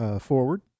forward